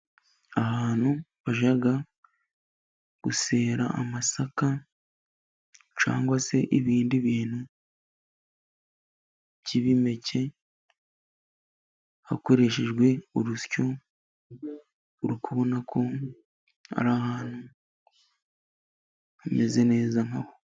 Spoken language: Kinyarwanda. Ahantu bajya gusya amasaka ,cyangwa se ibindi bintu by'impeke hakoreshejwe urusyo ,uri kubona ko ahantu hameze neza nkaho.